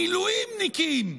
המילואימניקים,